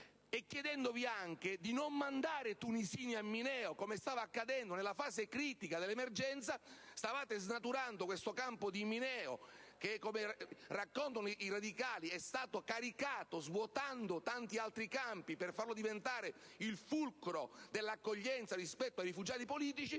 chiedendovi anche di non mandare tunisini a Mineo come stava accadendo nella fase critica dell'emergenza. Stavate snaturando questo campo di Mineo che, come raccontano i radicali, è stato caricato svuotando tanti altri campi per farlo diventare il fulcro dell'accoglienza rispetto ai rifugiati politici.